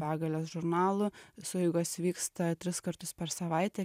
begalės žurnalų sueigos vyksta tris kartus per savaitę